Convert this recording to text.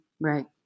Right